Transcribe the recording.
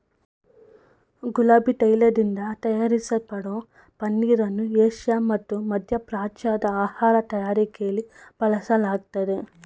ಗುಲಾಬಿ ತೈಲದಿಂದ ತಯಾರಿಸಲ್ಪಡೋ ಪನ್ನೀರನ್ನು ಏಷ್ಯಾ ಮತ್ತು ಮಧ್ಯಪ್ರಾಚ್ಯದ ಆಹಾರ ತಯಾರಿಕೆಲಿ ಬಳಸಲಾಗ್ತದೆ